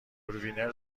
وینر